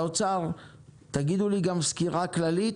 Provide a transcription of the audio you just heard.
תנו לי סקירה כללית,